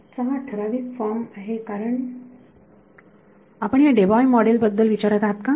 विद्यार्थी चा ठराविक फॉर्म आहे कारण आपण या डेबाय मॉडेल बद्दल विचारत आहात का